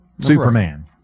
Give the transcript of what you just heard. superman